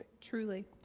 Truly